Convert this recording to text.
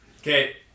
Okay